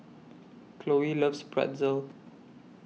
Khloe loves Pretzel